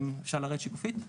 אפשר לרדת שקופית.